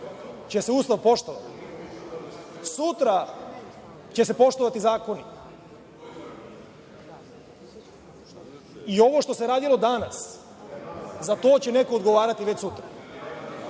će se Ustav poštovati. Sutra će se poštovati zakoni i ovo što se radilo danas, za to će neko odgovarati već sutra.